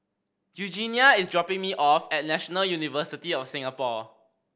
Eugenia is dropping me off at National University of Singapore